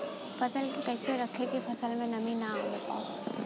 फसल के कैसे रखे की फसल में नमी ना आवा पाव?